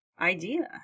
idea